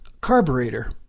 carburetor